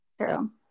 True